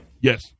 Yes